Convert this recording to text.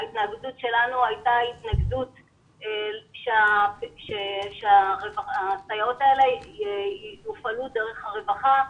ההתנגדות שלנו הייתה על כך שהסייעות האלה יופעלו דרך הרווחה,